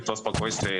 איפה שהוא באזור מאי.